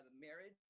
marriage